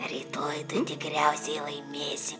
rytoj tu tikriausiai laimėsi